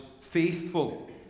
faithful